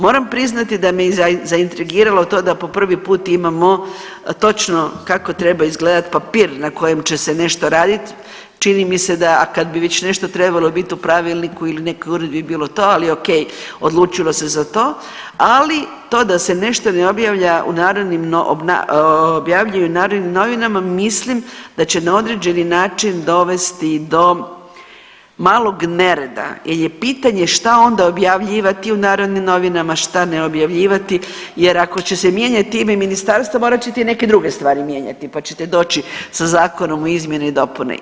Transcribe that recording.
Moram priznati da me zaintrigiralo to da po prvi put imamo točno kako treba izgledati papir na kojem će se nešto raditi, čini mi se da, a kad bi već nešto trebalo biti u pravilniku ili nekoj uredbi bi bilo to, ali okej, odlučilo se za to, ali to da se nešto ne objavlja u narodnim .../nerazumljivo/... objavljuje u Narodnim novinama, mislim da će na određeni način dovesti do malog nereda jer je pitanje šta onda objavljivati u Narodnim novinama, šta ne objavljivati jer ako će se mijenjati ime ministarstva, morat ćete i neke druge stvari mijenjati pa ćete doći sa zakonom u izmjene i dopune.